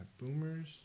Boomers